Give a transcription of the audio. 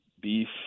beef